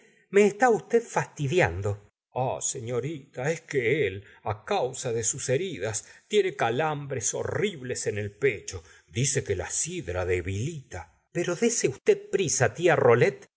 me está usted fastidiando ah senorita es que él causa de sus heridas tiene calambres horribles en el pecho dice que la sidra debilita pero dese usted prisa tia rollet